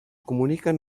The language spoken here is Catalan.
comuniquen